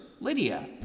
Lydia